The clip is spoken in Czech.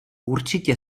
určitě